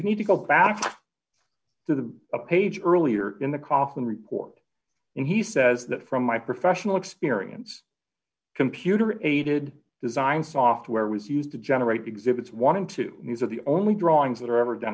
to go back to a page earlier in the coffin report and he says that from my professional experience computer aided design software was used to generate exhibits wanted to use of the only drawings that are ever done